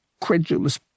credulous